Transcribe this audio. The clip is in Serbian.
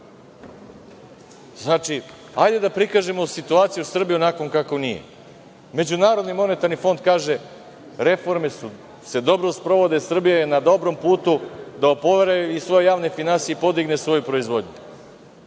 Znači, hajde da prikažemo situaciju Srbije onakvom kako nije. Međunarodni monetarni fond kaže – reforme se dobro sprovode, Srbija je na dobrom putu da oporavi i svoje javne finansije i podigne svoju proizvodnju.